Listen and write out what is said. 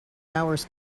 hours